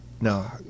No